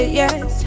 yes